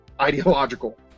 ideological